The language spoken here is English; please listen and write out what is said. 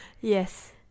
Yes